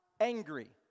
angry